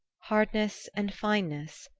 hardness and fineness,